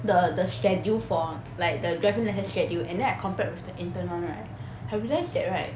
the the schedule for like the driving lesson schedule and then I compared with the intern [one] right I realise that right